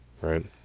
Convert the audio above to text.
right